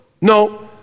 no